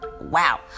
Wow